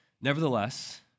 Nevertheless